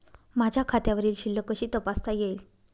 माझ्या खात्यावरील शिल्लक कशी तपासता येईल?